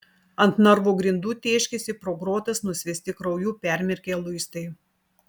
ant narvo grindų tėškėsi pro grotas nusviesti krauju permirkę luistai